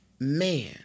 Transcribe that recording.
man